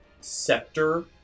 scepter